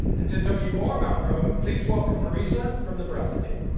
and to tell you more about chrome, please welcome parisa from the browser team.